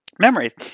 memories